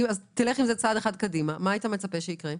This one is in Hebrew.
תלך עם זה צעד אחד קדימה מה היית מצפה שיקרה?